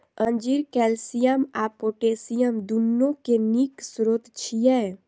अंजीर कैल्शियम आ पोटेशियम, दुनू के नीक स्रोत छियै